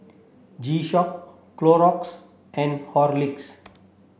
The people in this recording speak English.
G Shock Clorox and Horlicks